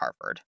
Harvard